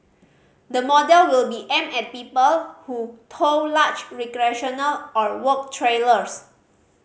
the model will be aimed at people who tow large recreational or work trailers